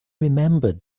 remembered